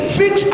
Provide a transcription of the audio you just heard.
fix